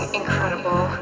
incredible